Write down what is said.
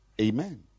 amen